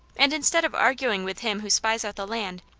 and instead of arguing with him who spies out the land,